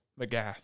McGath